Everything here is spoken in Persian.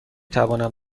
توانم